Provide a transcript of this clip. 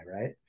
right